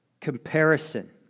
comparison